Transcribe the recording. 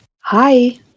Hi